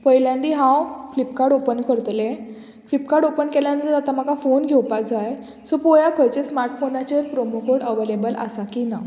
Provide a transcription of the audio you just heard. पयल्यानी हांव Flipkart open करतलें Flipkart open केल्या नंतर आतां म्हाका फोन घेवपा जाय सो पोवया खंयचे स्मार्ट फोनाचेर प्रोमो कोड अवेलेबल आसा की ना